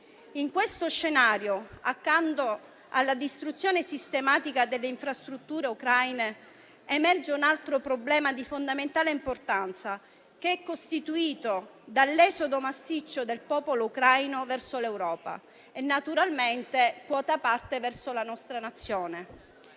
In questo scenario, accanto alla distruzione sistematica delle infrastrutture ucraine, emerge un altro problema di fondamentale importanza, che è costituito dall'esodo massiccio del popolo ucraino verso l'Europa e naturalmente quota parte verso la nostra Nazione.